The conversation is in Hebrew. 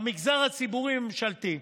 במגזר הציבורי הממשלתי.